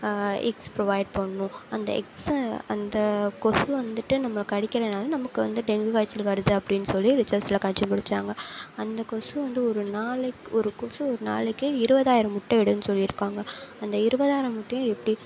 X provide பண்ணும் அந்த எக்ஸை அந்த கொசு வந்துவிட்டு நம்மளை கடிக்கலனாலும் நமக்கு வந்து டெங்கு காய்ச்சல் வருது அப்டின்னு சொல்லி ரிசர்ச்ல கண்டுபுடிச்சாங்க அந்த கொசு வந்து ஒரு நாளைக்கு ஒரு கொசு ஒரு நாளைக்கே இருபதாயிரம் முட்டை இடுன்னு சொல்லியிருக்காங்க அந்த இருபதாயிரம் முட்டையும் எப்படி